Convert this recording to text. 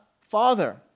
Father